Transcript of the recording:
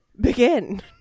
begin